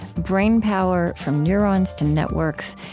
brain power from neurons to networks,